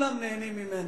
שכולם נהנים ממנה.